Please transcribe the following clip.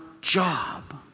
job